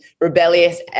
rebellious